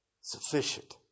sufficient